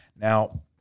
Now